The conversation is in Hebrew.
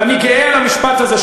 ואני גאה על המשפט הזה,